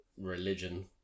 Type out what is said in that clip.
religion